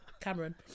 Cameron